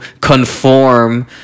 conform